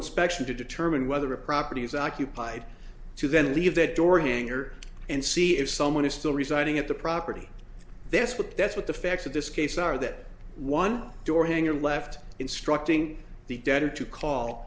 inspection to determine whether a property is occupied to then leave that door hanger and see if someone is still residing at the property that's what that's what the facts of this case are that one door hanger left instructing the debtor to call